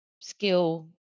skill